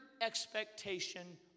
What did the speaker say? expectation